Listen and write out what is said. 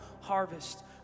harvest